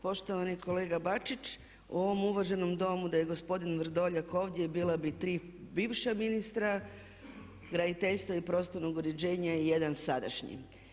Poštovani kolega Bačić u ovom uvaženom Domu da je gospodin Vrdoljak ovdje bila bi tri bivša ministra graditeljstva i prostornog uređenja i jedan sadašnji.